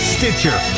Stitcher